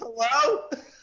Hello